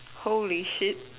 holy shit